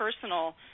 personal